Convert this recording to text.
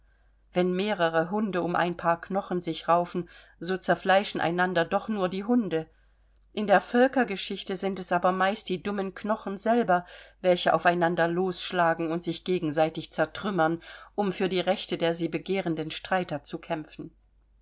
wenn mehrere hunde um ein paar knochen sich raufen so zerfleischen einander doch nur die hunde in der völkergeschichte sind es aber meist die dummen knochen selber welche auf einander losschlagen und sich gegenseitig zertrümmern um für die rechte der sie begehrenden streiter zu kämpfen